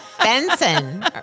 Benson